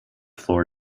floor